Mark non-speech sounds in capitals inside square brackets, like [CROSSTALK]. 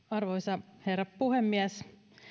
[UNINTELLIGIBLE] arvoisa herra puhemies